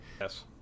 Yes